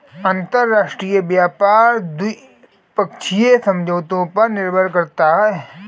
अंतरराष्ट्रीय व्यापार द्विपक्षीय समझौतों पर निर्भर करता है